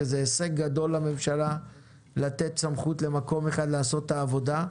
שזה הישג גדול לממשלה לתת סמכות למקום אחד לעשות את העבודה.